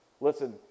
Listen